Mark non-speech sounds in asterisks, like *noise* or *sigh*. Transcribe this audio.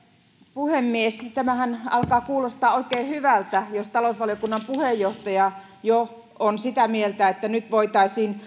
puhemies tämähän alkaa kuulostaa oikein hyvältä jos jo talousvaliokunnan puheenjohtaja on sitä mieltä että nyt voitaisiin *unintelligible*